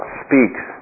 speaks